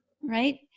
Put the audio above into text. right